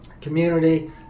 community